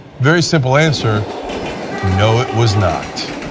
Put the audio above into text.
very simple answer no it was not.